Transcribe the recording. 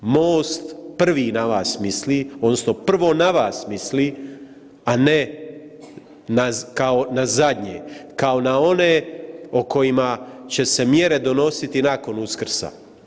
MOST prvi na vas misli odnosno prvo na vas misli, a ne na kao na zadnje, kao na one o kojima će se mjere donositi nakon Uskrsa.